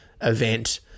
event